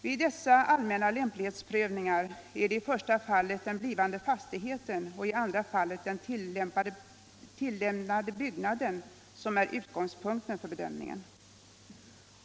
Vid dessa allmänna lämplighetsprövningar är det i första fallet den blivande fastigheten och i andra fallet den tillämnade byggnaden som är utgångspunkten för bedömningen.